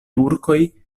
turkoj